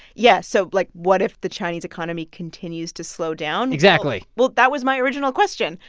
yeah. so, like, what if the chinese economy continues to slow down? exactly well, that was my original question.